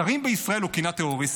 שרים בישראל הוא כינה "טרוריסטים".